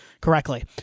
correctly